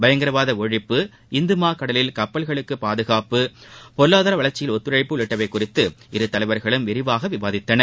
பயங்கரவாதஒழிப்பு இந்தமாக்கடலில் கப்பல்களுக்குபாதுகாப்பு பொருளாதாரவளர்ச்சியில் ஒத்துழைப்பு உள்ளிட்டவைகுறித்து இருதலைவர்களும் விரிவாகவிவாதித்தார்கள்